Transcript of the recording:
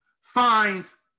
finds